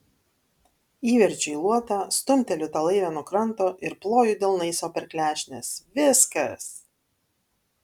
įverčiu į luotą stumteliu tą laivę nuo kranto ir ploju delnais sau per klešnes viskas